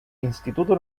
instituto